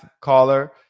caller